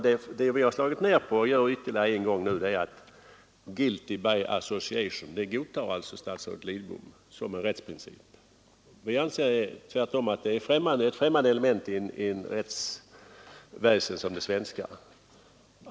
Vad vi har slagit ner på och gör ytterligare en gång är att statsrådet Lidbom godtar ”guilt by association” som en rättsprincip. Vi anser tvärtom att det är ett främmande element i ett rättsväsen som det svenska.